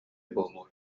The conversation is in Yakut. буолуо